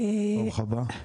ברוך הבא.